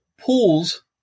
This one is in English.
pools